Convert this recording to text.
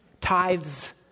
Tithes